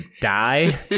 die